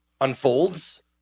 unfolds